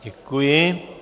Děkuji.